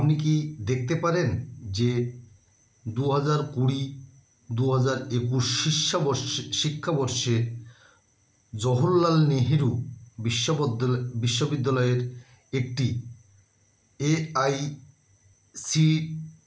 আপনি কি দেখতে পারেন যে দু হাজার কুড়ি দু হাজার একুশ শষাবষে শিক্ষাবর্ষে জহরলাল নেহেরু বিশ্বদ বিশ্ববিদ্যালয়ের একটি এ আই সি